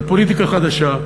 על פוליטיקה חדשה,